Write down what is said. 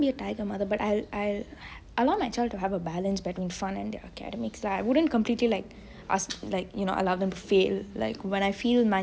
I won't be a tiger mother but I'll I'll want my child to have a balance by having fun in their academics lah I wouldn't completely ask like allow them to fail like when I feel